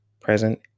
present